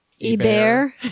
Eber